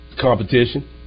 Competition